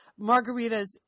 margaritas